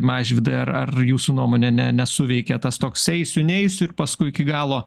mažvydai ar ar jūsų nuomone ne nesuveikė tas toks eisiu neisiu ir paskui iki galo